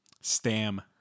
Stam